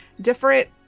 different